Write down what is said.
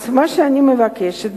אז מה שאני מבקשת,